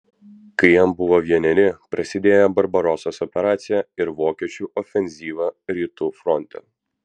kai jam buvo vieneri prasidėjo barbarosos operacija ir vokiečių ofenzyva rytų fronte